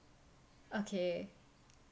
okay